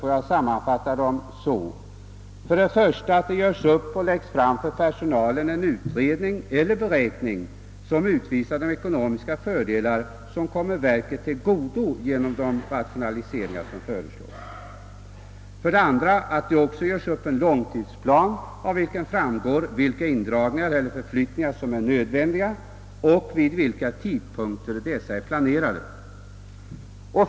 Jag vill sammanfatta kraven på följande sätt. För det första bör det göras en ekonomisk utredning, eller beräkning, vars resultat framläggs för personalen och som visar de fördelar som kommer verket till godo genom de förutsedda rationaliseringarna. För det andra bör det också göras upp en långtidsplan av vilken framgår vilka in dragningar eller förflyttningar som är nödvändiga och vid vilka tidpunkter dessa avses äga rum.